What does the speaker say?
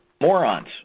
morons